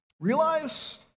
Realize